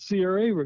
CRA